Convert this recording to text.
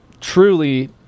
truly